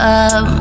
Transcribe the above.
up